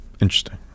Interesting